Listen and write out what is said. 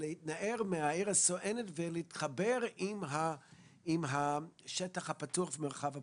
ולהתנער מן העיר הסואנת ולהתחבר עם השטח הפתוח והמרחב הפתוח.